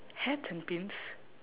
hats and pins